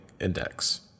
index